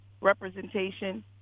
representation